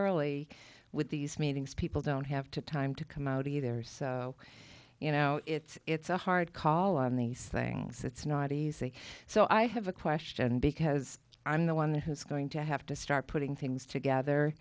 early with these meetings people don't have to time to come out either so you know it's it's a hard call on these things it's not easy so i have a question because i'm the one who's going to have to start putting things together